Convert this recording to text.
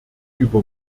über